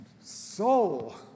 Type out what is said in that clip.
soul